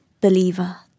believer